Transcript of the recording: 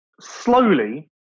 slowly